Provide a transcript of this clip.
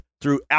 throughout